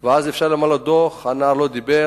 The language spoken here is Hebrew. ואז אפשר למלא דוח, הנער לא דיבר,